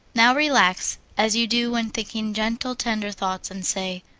now relax as you do when thinking gentle, tender thoughts, and say,